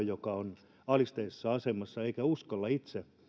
joka on alisteisessa asemassa eikä uskalla itse